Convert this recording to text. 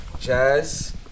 jazz